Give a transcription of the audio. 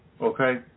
okay